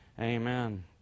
Amen